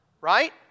Right